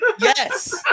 Yes